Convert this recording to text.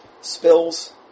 spills